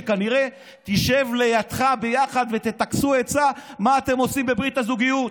שכנראה תשב לידך ביחד ותטכסו עצה מה אתם עושים בברית הזוגיות.